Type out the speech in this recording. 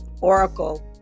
Oracle